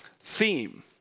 theme